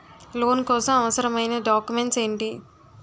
Loan కోసం అవసరమైన documents ఎంటి?